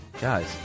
guys